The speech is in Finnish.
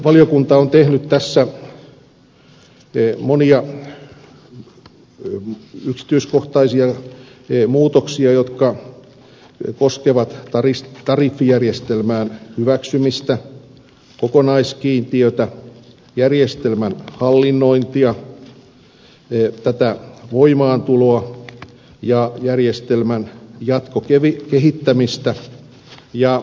valiokunta on tehnyt tässä monia yksityiskohtaisia muutoksia jotka koskevat tariffijärjestelmään hyväksymistä kokonaiskiintiötä järjestelmän hallinnointia voimaantuloa ja järjestelmän jatkokehittämistä